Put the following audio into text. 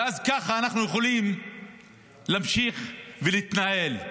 ואז ככה אנחנו יכולים להמשיך ולהתנהל,